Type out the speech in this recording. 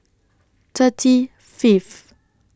thirty Fifth